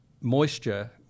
moisture